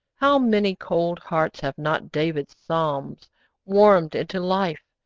how many cold hearts have not david's psalms warmed into life,